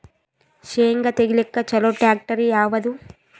ಶೇಂಗಾ ತೆಗಿಲಿಕ್ಕ ಚಲೋ ಟ್ಯಾಕ್ಟರಿ ಯಾವಾದು?